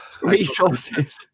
Resources